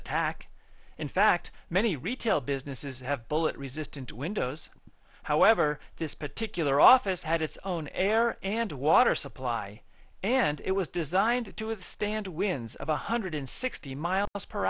attack in fact many retail businesses have bullet resistant windows however this particular office had its own air and water supply and it was designed to withstand winds of one hundred sixty miles per